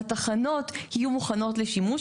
התחנות יהיו מוכנות לשימוש,